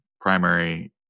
primary